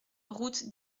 route